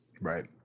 right